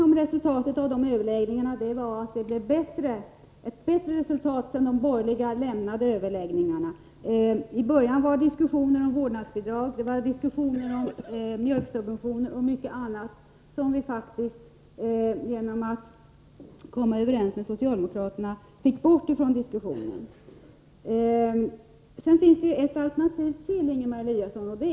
Om överläggningarna kan sägas att man uppnådde ett bättre resultat sedan de borgerliga lämnade överläggningarna. I början var det diskussioner om vårdnadsbidrag, om mjölksubventioner och mycket annat, vilket vi faktiskt, genom att komma överens med socialdemokraterna, fick bort ifrån diskussionen. Det finns ett alternativ till, Ingemar Eliasson.